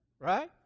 Right